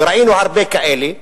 וראינו הרבה כאלה,